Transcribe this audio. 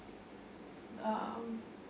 um